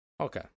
okay